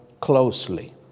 closely